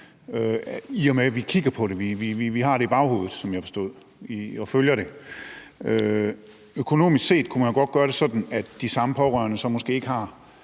om natten. Vi kigger på det, vi har det i baghovedet og følger det, som jeg forstod det. Økonomisk set kunne man jo godt gøre det sådan, at de pårørende, som måske har